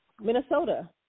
Minnesota